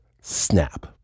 snap